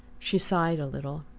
she sighed a little,